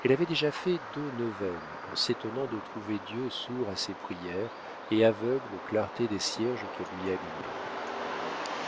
elle avait déjà fait deux neuvaines en s'étonnant de trouver dieu sourd à ses prières et aveugle aux clartés des cierges qu'elle lui allumait